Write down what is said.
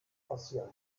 passieren